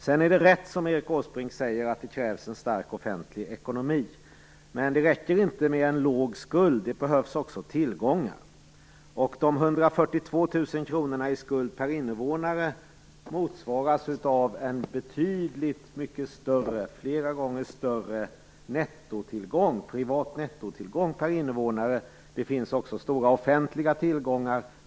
Det är riktigt, som Erik Åsbrink säger, att det krävs en stark offentlig ekonomi. Men det räcker inte med en låg skuld. Det behövs också tillgångar. De 142 000 kronorna i skuld per invånare motsvaras av en flera gånger större privat nettotillgång per innevånare. Det finns också stora offentliga tillgångar.